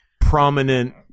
prominent